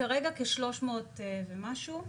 כרגע כשלוש מאות ומשהו.